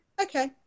Okay